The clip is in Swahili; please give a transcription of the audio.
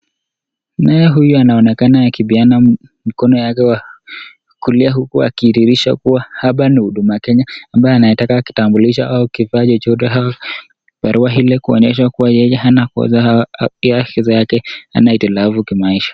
Naye huyu anaonekana akipeana mkono wake wa kulia, huku akidhihirisha kuwa hapa ni huduma Kenya, ambaye anataka kitambulisho au kifaa chochote au barua ili kuonyesha kuwa yeye hana kosa yake, hana hitilafu kimaisha.